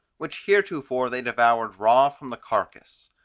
which heretofore they devoured raw from the carcass.